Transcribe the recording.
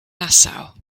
nassau